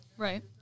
Right